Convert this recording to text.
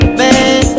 man